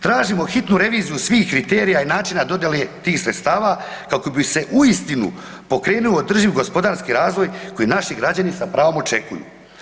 Tražimo hitnu reviziju svih kriterija i načina dodjele tih sredstava kako bi se uistinu pokrenuo održiv gospodarski razvoj koji naši građani sa pravom očekuju.